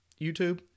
YouTube